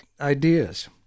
ideas